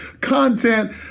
content